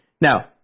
now